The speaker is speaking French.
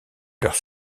leurs